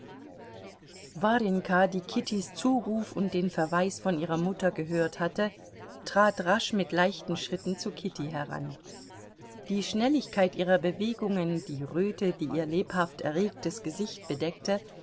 warjenka die kittys zuruf und den verweis von ihrer mutter gehört hatte trat rasch mit leichten schritten zu kitty heran die schnelligkeit ihrer bewegungen die röte die ihr lebhaft erregtes gesicht bedeckte